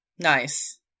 Nice